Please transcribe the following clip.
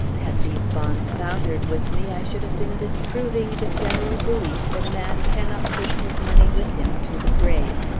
had these bonds foundered with me, i should have been disproving the general belief that a man cannot take his money with him to the grave.